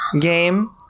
Game